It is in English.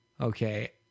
Okay